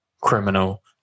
criminal